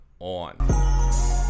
on